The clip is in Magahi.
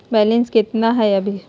बैलेंस केतना हय अभी?